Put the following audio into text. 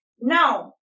Now